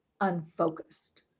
unfocused